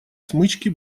смычки